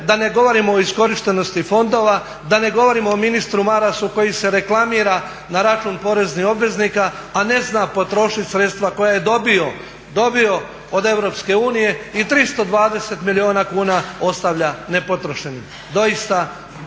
da ne govorimo o iskorištenosti fondova, da ne govorimo o ministru Marasu koji se reklamira na račun poreznih obveznika a ne zna potrošiti sredstva koja je dobio od Europske unije i 320 milijuna kuna ostavlja nepotrošenim. Doista